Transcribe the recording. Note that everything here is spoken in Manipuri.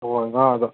ꯍꯣꯏ ꯉꯥꯗꯣ